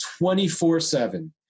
24-7